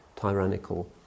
tyrannical